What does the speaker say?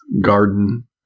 garden